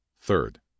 Third